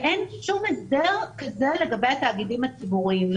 אין שום הסדר כזה לגבי התאגידים הציבוריים.